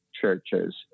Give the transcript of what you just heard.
churches